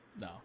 no